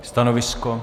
Stanovisko?